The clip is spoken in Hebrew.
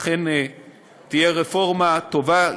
אכן תהיה רפורמה טובה,